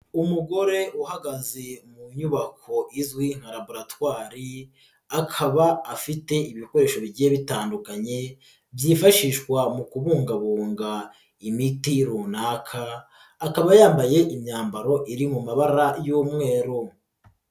Umugore uhagaze mu nyubako izwi nka laboratwari akaba afite ibikoresho bigiye bitandukanye byifashishwa mu kubungabunga imiti runaka, akaba yambaye imyambaro iri mu mabara y'umweru.